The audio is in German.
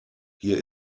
hier